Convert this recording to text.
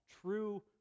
true